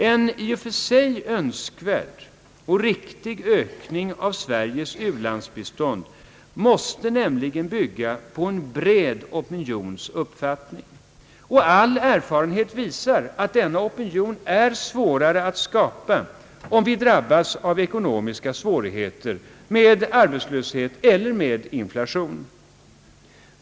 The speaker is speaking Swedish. En i och för sig önskvärd och riktig ökning av Sveriges u-landsbistånd måste nämligen bygga på en bred opinions uppfattning. All erfarenhet visar att denna opinion är svårare att skapa om vi drabbas av ekonomiska svårigheter med arbetslöshet eller inflation.